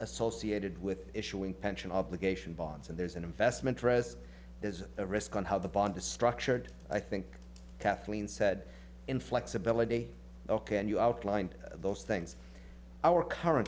associated with issuing pension obligation bonds and there's an investment dress there's a risk on how the bond is structured i think kathleen said in flexibility ok and you outlined those things our current